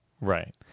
Right